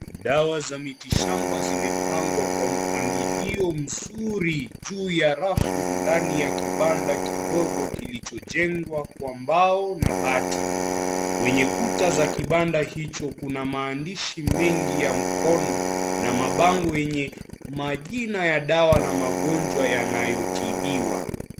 Dawa za mitishamba zimepangwa kwa mpangilio mzuri juu ya rafu ndani ya kibanda kidogo kilichojengwa kwa mbao na bati kwenye kuta za kibanda hicho kuna maandishi mengi ya mkono na mabango yenye majina ya dawa na magonjwa yanayotibiwa.